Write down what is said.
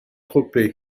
tropez